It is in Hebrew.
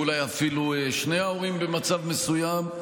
ואולי אפילו שני ההורים במצב מסוים,